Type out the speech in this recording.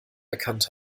erkannt